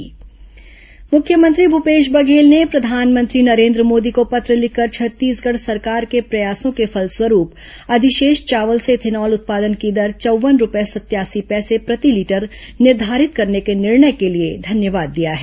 मुख्यमंत्री प्रधानमंत्री पत्र मुख्यमंत्री भूपेश बघेल ने प्रधानमंत्री नरेन्द्र मोदी को पत्र लिखकर छत्तीसगढ़ सरकार के प्रयासों के फलस्वरूप अधिशेष चावल से इथेनॉल उत्पादन की दर चौव्वन रूपये सतयासी पैसे प्रतिलीटर निर्घारित करने के निर्णय के लिए धन्यवाद दिया है